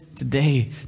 today